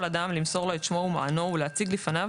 אדם למסור לו את שמו ומענו ולהציג לפניו